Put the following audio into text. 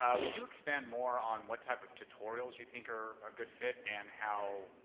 would you expand more on what type of tutorials you think are a good fit, and how,